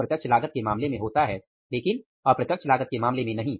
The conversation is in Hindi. जो प्रत्यक्ष लागत के मामले में होता है लेकिन अप्रत्यक्ष लागत के मामले में नहीं